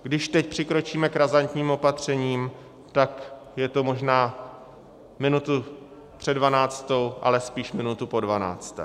Když teď přikročíme k razantním opatřením, tak je to možná minutu před dvanáctou, ale spíše minutu po dvanácté.